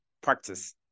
practice